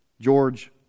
George